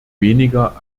weniger